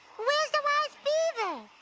where's the wise beaver?